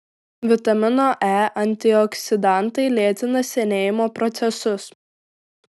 vitamino e antioksidantai lėtina senėjimo procesus